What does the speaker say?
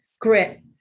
grit